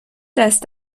دست